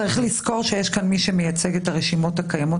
צריך לזכור שיש כאן מי שמייצג את הרשימות הקיימות,